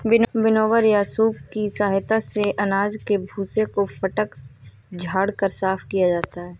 winnower या सूप की सहायता से अनाज के भूसे को फटक झाड़ कर साफ किया जाता है